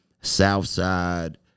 Southside